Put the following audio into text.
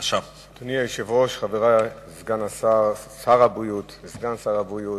אדוני היושב-ראש, חברי סגן שר הבריאות,